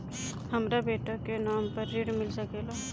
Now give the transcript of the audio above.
हमरा बेटा के नाम पर ऋण मिल सकेला?